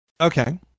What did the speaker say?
okay